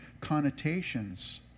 connotations